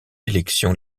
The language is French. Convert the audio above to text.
élection